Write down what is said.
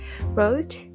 wrote